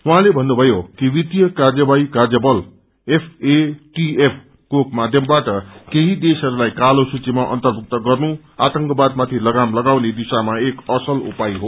उर्जेले भन्नुभयो कि विर्त्ताय कार्यवाही कार्यबल एफएटिके को माध्यमबाट केही देशहस्लाई कालोसूचीमा अर्न्तभुक्त गर्नु आतंकवादमाथि लगाम लागाउने दिशाम एक असल उपाय हो